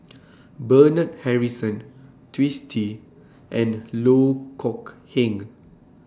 Bernard Harrison Twisstii and Loh Kok Heng